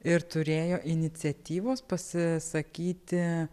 ir turėjo iniciatyvos pasisakyti